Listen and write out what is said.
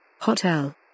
Hotel